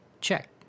Check